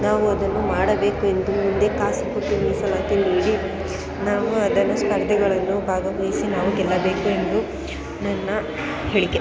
ನಾವು ಅದನ್ನು ಮಾಡಬೇಕು ಎಂದು ಮುಂದೆ ಕಾಸು ನೀಡಿ ನಾವು ಅದನ್ನು ಸ್ಪರ್ಧೆಗಳಲ್ಲೂ ಭಾಗವಹಿಸಿ ನಾವು ಗೆಲ್ಲಬೇಕು ಎಂದು ನನ್ನ ಹೇಳಿಕೆ